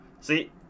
See